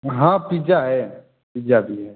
हाँ पिज्जा है पिज्जा भी है